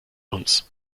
uns